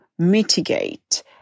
mitigate